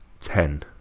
ten